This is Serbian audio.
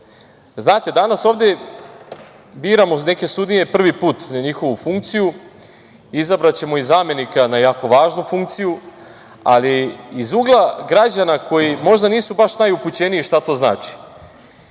Znate, danas ovde biramo neke sudije prvi put na njihovu funkciju, izabraćemo i zamenika na jako važnu funkciju, ali iz ugla građana koji možda nisu baš najupućeniji šta to